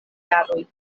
jaroj